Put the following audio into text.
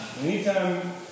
anytime